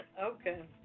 Okay